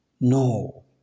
No